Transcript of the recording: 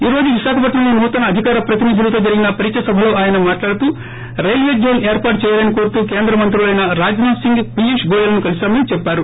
ఈ రోజు విశాఖపట్నంలో నూతన అధికార ప్రతినిధులతో జరిగిన పరిచయ సభలో ఆయన మాట్లాడుతూ రైల్వేజోన్ ఏర్పాటు చేయాలని కోరుతూ కేంద్ర మంత్రులైన రాజ్నాథ్ సింగ్ పీయూష్ గోయల్ను కలిశామని చెప్పారు